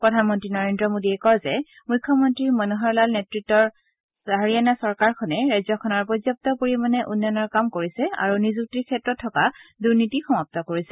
প্ৰধানমন্ত্ৰী নৰেন্দ্ৰ মোদীয়ে কয় যে মুখ্যমন্ত্ৰী মনোহৰ লাল নেত়ত্বৰ হাৰিয়ানা চৰকাৰখনে ৰাজ্যখনৰ পৰ্যাপ্ত পৰিমাণে উন্নয়নৰ কাম কৰিছে আৰু নিযুক্তিৰ ক্ষেত্ৰত থকা দুৰ্নীতি সমাপ্ত কৰিছে